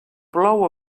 plou